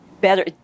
better